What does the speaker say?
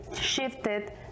shifted